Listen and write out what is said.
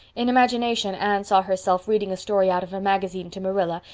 in imagination anne saw herself reading a story out of a magazine to marilla,